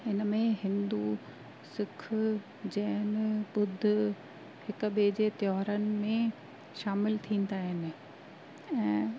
इन में हिंदू सिक्ख जैन बुद्ध हिक ॿिए जे त्योहारनि में शामिलु थींदा आहिनि ऐं